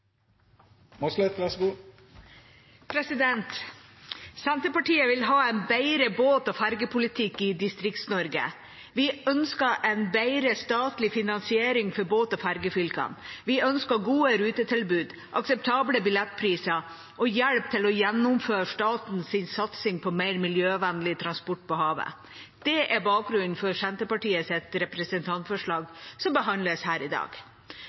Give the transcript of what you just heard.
fergepolitikk i Distrikts-Norge. Vi ønsker en bedre statlig finansiering for båt- og fergefylkene. Vi ønsker gode rutetilbud, akseptable billettpriser og hjelp til å gjennomføre statens satsing på mer miljøvennlig transport på havet. Det er bakgrunnen for Senterpartiets representantforslag som behandles her i dag.